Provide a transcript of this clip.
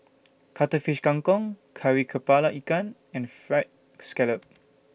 Cuttlefish Kang Kong Kari Kepala Ikan and Fried Scallop